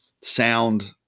sound